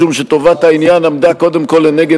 משום שטובת העניין עמדה קודם כול לנגד